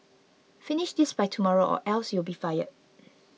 finish this by tomorrow or else you'll be fired